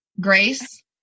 Grace